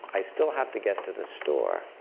i still have to get to the store,